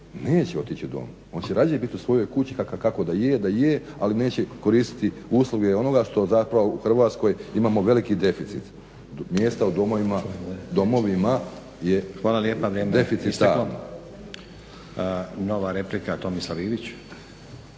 neće otići u dom, on će radije biti u svojoj kući kakva je da je ali neće koristiti usluge onoga što zapravo u Hrvatskoj imamo veliki deficit mjesta u domovima je deficitarno. **Stazić, Nenad (SDP)** Hvala lijepa vrijeme je isteklo. Nova replika, Tomislav Ivić.